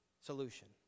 solution